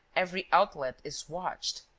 every outlet is watched.